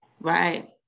Right